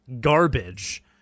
garbage